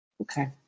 Okay